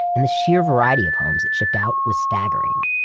and the sheer variety of homes it shipped out was staggering.